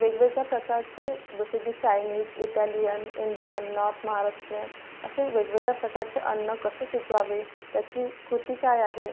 वेगवेगळ्या प्रकारचे जसे की Chinese Italian Indian North Maharashtrian असे वेगवेगळ्या प्रकारचे अन्न कसे शिजवावे त्याची कृती काय आहे